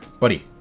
buddy